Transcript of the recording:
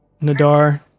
Nadar